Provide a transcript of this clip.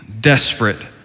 desperate